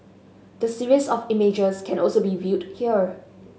the series of images can also be viewed here